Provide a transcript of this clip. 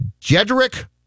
Jedrick